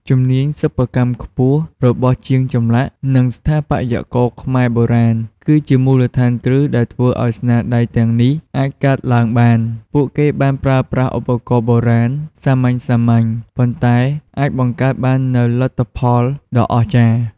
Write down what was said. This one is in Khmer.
ជំនាញសិប្បកម្មខ្ពស់របស់ជាងចម្លាក់ និងស្ថាបត្យករខ្មែរបុរាណ គឺជាមូលដ្ឋានគ្រឹះដែលធ្វើឱ្យស្នាដៃទាំងនេះអាចកើតឡើងបាន។ ពួកគេបានប្រើប្រាស់ឧបករណ៍បុរាណសាមញ្ញៗ ប៉ុន្តែអាចបង្កើតបាននូវលទ្ធផលដ៏អស្ចារ្យ។